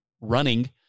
running